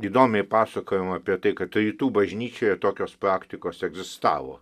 įdomiai pasakojama apie tai kad rytų bažnyčioje tokios praktikos egzistavo